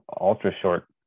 ultra-short